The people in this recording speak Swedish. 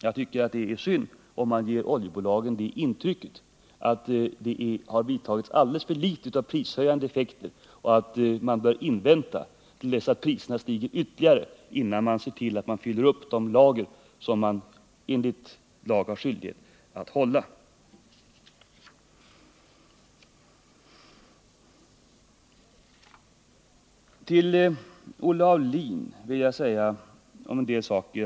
Jag tycker det är synd om man ger oljebolagen det intrycket att det vidtas alldeles för få prishöjande åtgärder och att de bör vänta tills priserna stiger ytterligare innan de ser till att fylla upp de lager som de enligt lag har skyldighet att hålla. Till Olle Aulin vill jag säga ett par saker.